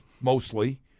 mostly